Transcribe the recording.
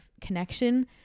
connection